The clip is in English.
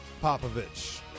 Popovich